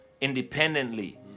independently